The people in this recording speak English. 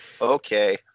Okay